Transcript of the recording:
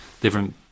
different